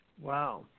Wow